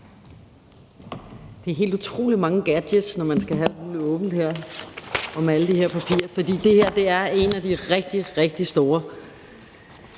Det er helt utroligt, hvor mange gadgets og ting man skal have med – og med alle de her papirer – for det her er en af de rigtig, rigtig store